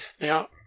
Now